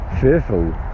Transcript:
Fearful